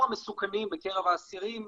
המסוכנים מקרב האסירים,